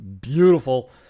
beautiful